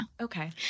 Okay